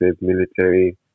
military